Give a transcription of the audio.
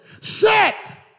set